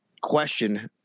question